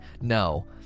no